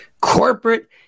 corporate